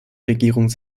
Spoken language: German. regierung